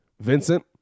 vincent